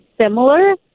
similar